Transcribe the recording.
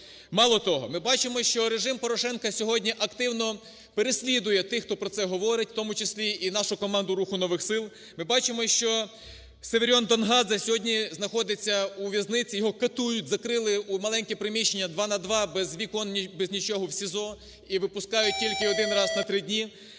Мало того, ми бачимо, що режим Порошенка сьогодні активно переслідує тих, хто про це говорить, в тому числі і нашу команду "Руху нових сил". Ми бачимо, що Северіон Донгадзе сьогодні знаходиться у в'язниці, його катують, закрили у маленьке приміщення 2 на 2 без вікон, без нічого в СІЗО і випускають тільки один раз на три дні.